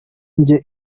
nge